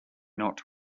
not